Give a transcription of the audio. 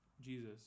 Jesus